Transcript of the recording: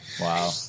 Wow